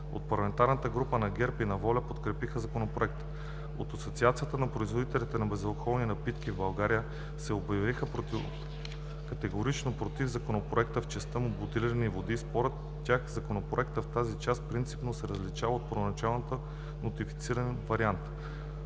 От парламентарните групи на ГЕРБ и на „Воля“ подкрепиха Законопроекта. От Асоциацията на производителите на безалкохолни напитки в България се обявиха категорично против Законопроекта в частта му „бутилирани води“. Според тях Законопроектът в тази част принципно се различава от първоначално нотифицирания вариант,